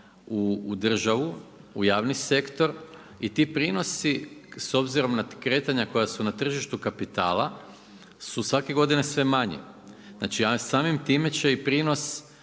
u državu, u javni sektor i ti prinosi s obzirom na kretanja koja su na tržištu kapitala su svake godine sve manji, znači a samim time će i prinos